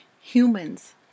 humans